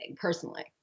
personally